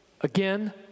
again